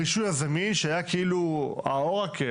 הרישוי הזמין שהיה כאילו האורקל,